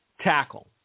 tackle